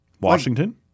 Washington